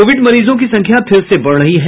Covid मरीजों की संख्या फिर से बढ़ रही है